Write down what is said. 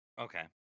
okay